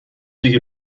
دیگه